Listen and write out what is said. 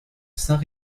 sains